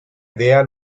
idea